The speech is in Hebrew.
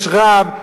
יש רב,